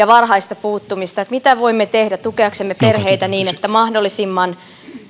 varhaista puuttumista että mitä voimme tehdä tukeaksemme perheitä niin että mahdollisimman